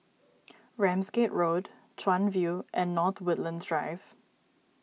Ramsgate Road Chuan View and North Woodlands Drive